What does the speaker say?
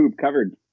covered